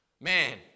Man